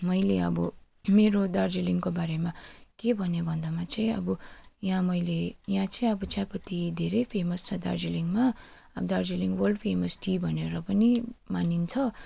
मैले अब मेरो दार्जिलिङको बारेमा के भनेँ भन्दामा चाहिँ अब यहाँ मैले यहाँ चाहिँ अब चियापत्ती धेरै फेमस छ दार्जिलिङमा अब दार्जिलिङ वर्ल्ड फेमस टी भनेर पनि मानिन्छ